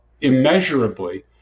immeasurably